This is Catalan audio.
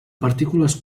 partícules